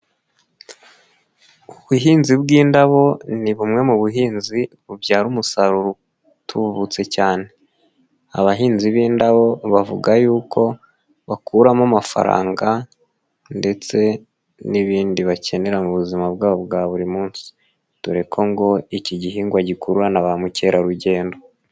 Ubuhinzi bw'indabo ni bumwe mu buhinzi bubyara umusaruro utubutse cyane, abahinzi b'indabo bavuga y'uko bakuramo amafaranga ndetse n'ibindi bakenera mu buzima bwabo bwa buri munsi, dore ko ngo iki gihingwa gikurura na ba mukerarugendo.